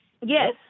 Yes